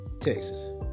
Texas